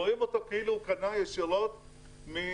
רואים אותו כאילו הוא קנה ישירות ממרצדס.